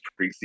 Preseason